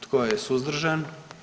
Tko je suzdržan?